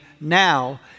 now